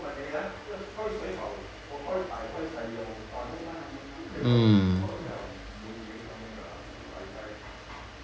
mm